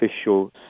official